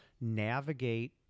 navigate